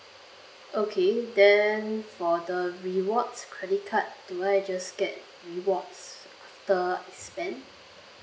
okay then for the rewards credit card do I just get rewards per spend